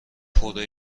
پوره